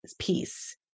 peace